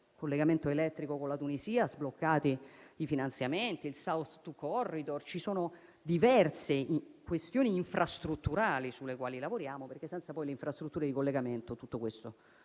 collegamento elettrico con la Tunisia, per cui sono stati sbloccati i finanziamenti, o come il SoutH2 Corridor. Ci sono diverse questioni infrastrutturali sulle quali lavoriamo, perché senza le infrastrutture di collegamento tutto questo